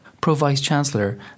Pro-Vice-Chancellor